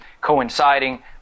coinciding